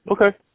Okay